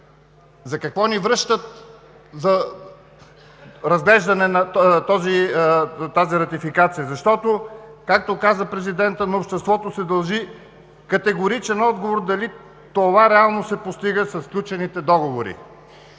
За какво ни връщат за разглеждане тази ратификация? Защото, както каза президентът, на обществото се дължи категоричен отговор дали това реално се постига със сключените договори.